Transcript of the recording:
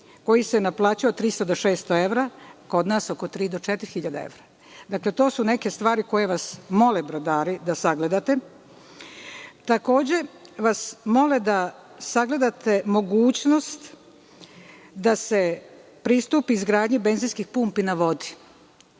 koji se naplaćuje od 300 do 600 evra, a kod nas od 3.000 do 4.000 evra. Dakle, to su neke stvari koje vas mole brodari da sagledate. Takođe, mole vas da sagledate mogućnost da se pristupi izgradnji benzinskih pumpi na vodi.